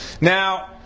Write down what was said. Now